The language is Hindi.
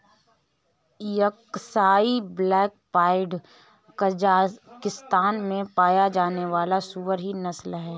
अक्साई ब्लैक पाइड कजाकिस्तान में पाया जाने वाली सूअर की नस्ल है